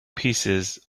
pieces